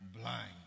blind